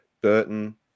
Burton